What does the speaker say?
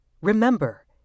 Remember